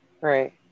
Right